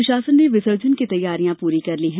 प्रषासन ने विसर्जन की तैयारियां पूरी कर ली हैं